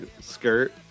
skirt